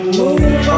move